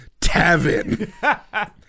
Tavin